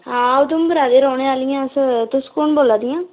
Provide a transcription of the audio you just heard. हां उधमपूरा दी रौह्ने आह्ली अस तुस कौन बोला दियां